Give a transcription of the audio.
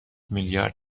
میلیارد